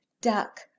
duck